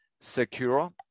secure